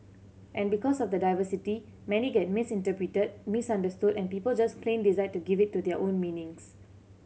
and because of the diversity many get misinterpreted misunderstood and people just plain decide to give it their own meanings